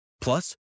Plus